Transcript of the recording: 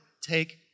take